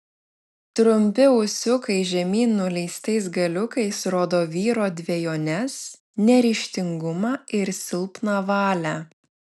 trumpi ūsiukai žemyn nuleistais galiukais rodo vyro dvejones neryžtingumą ir silpną valią